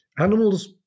Animals